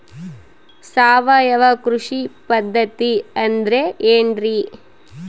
ಸಾವಯವ ಕೃಷಿ ಪದ್ಧತಿ ಅಂದ್ರೆ ಏನ್ರಿ?